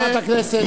חברת הכנסת,